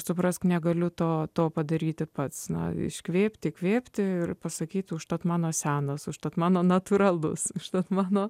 suprask negaliu to padaryti pats nori iškvėpti įkvėpti ir pasakyti užtat mano senas užtat mano natūralus užtat mano